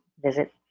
visit